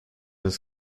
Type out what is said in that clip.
des